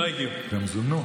הם זומנו?